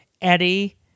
Eddie